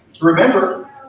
Remember